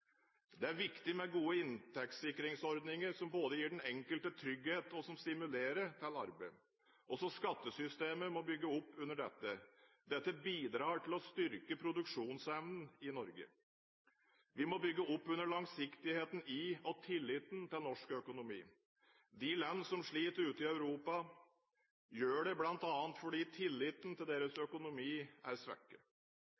Det er viktig med gode inntektssikringsordninger som både gir den enkelte trygghet, og som stimulerer til arbeid. Også skattesystemet må bygge opp under dette. Dette bidrar til å styrke produksjonsevnen i Norge. Vi må bygge opp under langsiktigheten i og tilliten til norsk økonomi. De land ute i Europa som sliter, gjør det bl.a. fordi tilliten til deres